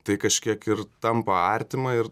tai kažkiek ir tampa artima ir